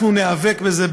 אנחנו נאבק בזה,